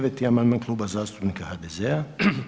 9. amandman Kluba zastupnika HDZ-a.